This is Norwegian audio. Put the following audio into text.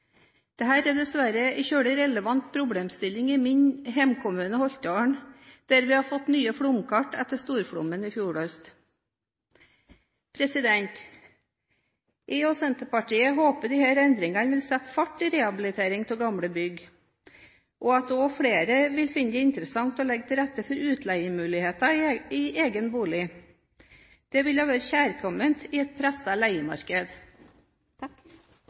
er dessverre en veldig relevant problemstilling i min hjemkommune Holtålen, der vi har fått nye flomkart etter storflommen i fjor høst. Jeg og Senterpartiet håper disse endringene vil sette fart i rehabiliteringen av gamle bygg, og at òg flere vil finne det interessant å legge til rette for utleiemuligheter i egen bolig. Det ville ha vært kjærkomment i et presset leiemarked.